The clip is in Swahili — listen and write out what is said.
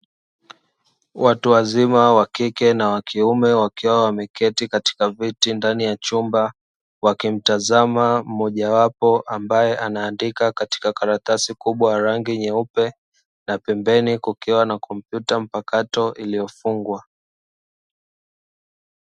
Watu wazima wakike na wakiume wakiwa wameketi katika viti ndani ya chumba, wakimtazama mmojawapo ambaye anaandika katika karatasi kubwa ya rangi nyeupe, na pembeni kukiwa na tarakirishi mpakato iliyofungwa.